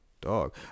Dog